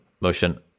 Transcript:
motion